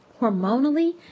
hormonally